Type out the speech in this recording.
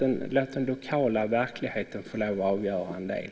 Men låt det lokala verkligen få avgöra det.